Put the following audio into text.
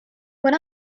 when